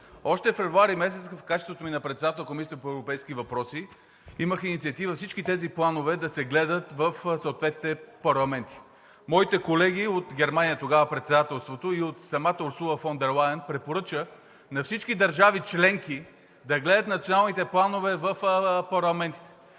Още месец февруари в качеството ми на председател на Комисията по европейските въпроси имах инициатива всички тези планове да се гледат в съответните парламенти. Моите колеги от Германия тогава, председателството и от самата Урсула фон дер Лайен препоръча на всички държави членки да гледат националните планове в парламентите.